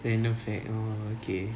random fact oh okay